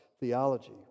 theology